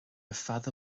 fada